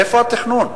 איפה התכנון?